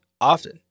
often